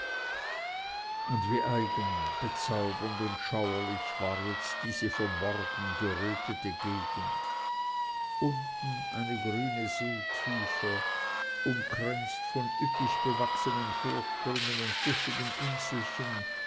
und wie eigen bezaubernd und schauerlich war diese jetzt vom morgen gerötete gegend unten eine grüne seetiefe umkränzt von üppig bewachsenen vorsprüngen und buschigen inselchen